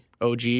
OG